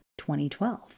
2012